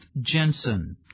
Jensen